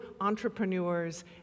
entrepreneurs